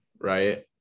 right